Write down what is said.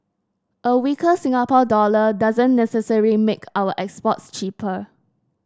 a weaker Singapore dollar doesn't necessary make our exports cheaper